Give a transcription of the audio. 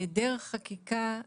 בהיעדר חקיקה,